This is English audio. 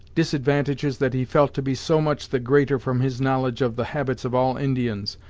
disadvantages that he felt to be so much the greater from his knowledge of the habits of all indians,